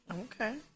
Okay